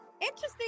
Interesting